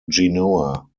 genoa